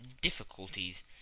difficulties